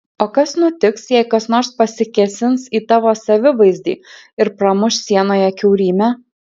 o kas nutiks jei kas nors pasikėsins į tavo savivaizdį ir pramuš sienoje kiaurymę